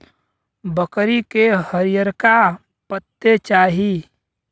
बकरी के हरिअरका पत्ते चाही